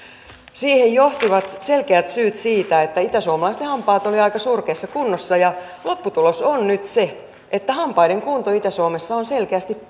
siihen johtivat selkeät syyt itäsuomalaisten hampaat olivat aika surkeassa kunnossa ja lopputulos on nyt se että hampaiden kunto itä suomessa on selkeästi